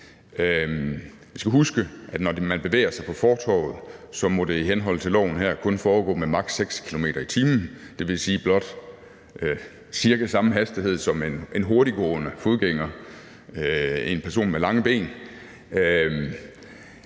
Vi skal huske, at når man bevæger sig på fortovet, må det i henhold til loven her kun foregå med maks. 6 km/t., dvs. cirka samme hastighed som en hurtiggående fodgænger, en person med lange ben.